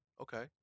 Okay